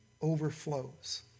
overflows